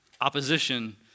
opposition